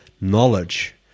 knowledge